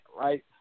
right